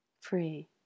free